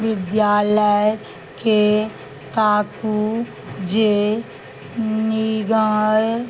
विद्यालयकेँ ताकू जे निकाय